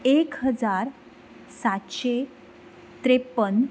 एक हजार सातशें त्रेप्पन